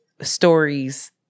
stories